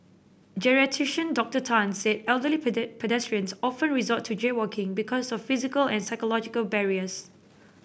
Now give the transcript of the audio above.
Geriatrician Doctor Tan said elderly pedestrians often resort to jaywalking because of physical and psychological barriers